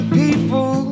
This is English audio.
people